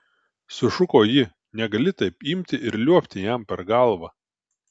sušuko ji negali taip imti ir liuobti jam per galvą